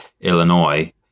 Illinois